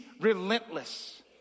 relentless